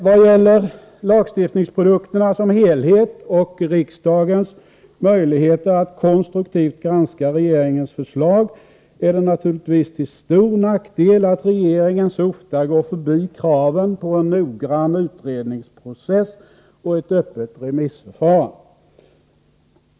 Vad gäller lagstiftningsprodukterna som helhet och riksdagens möjligheter att konstruktivt granska regeringens förslag är det naturligtvis till stor nackdel att regeringen så ofta går förbi kraven på en noggrann utredningsprocess och ett öppet remissförfarande.